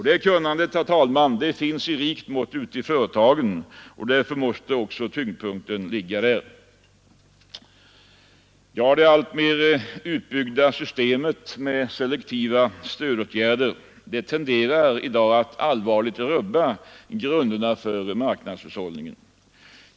Det kunnandet, herr talman, finns i rikt mått ute i företagen, och därför måste också tyngdpunkten ligga där. Det alltmer utbyggda systemet med selektiva stödåtgärder tenderar i dag att allvarligt rubba grunderna för marknadshushållningen.